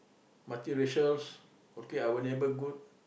multiracial okay our neighbour good